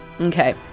Okay